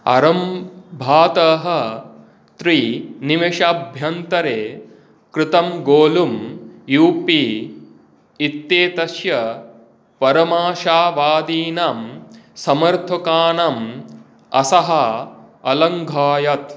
आरम्भतः त्रिनिमेषाभ्यन्तरे कृतं गोलुं यू पि इत्येतस्य परमाशावादिनां समर्थकानाम् अशः अलङ्घायत्